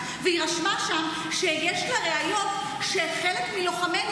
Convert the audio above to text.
והיא רשמה שם שיש לה ראיות שחלק מלוחמינו